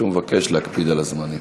שוב, אני מבקש להקפיד על הזמנים.